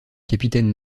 capitaine